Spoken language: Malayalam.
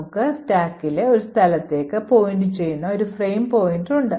നമുക്ക് സ്റ്റാക്കിലെ ഒരു സ്ഥലത്തേക്ക് പോയിന്റു ചെയ്യുന്ന ഒരു ഫ്രെയിം പോയിന്റർ ഉണ്ട്